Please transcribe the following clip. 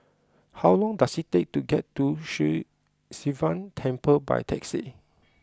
how long does it take to get to Sri Sivan Temple by taxi